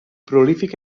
prolífic